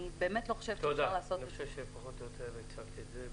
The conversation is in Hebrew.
אני לא חושבת שאפשר לעשות את זה.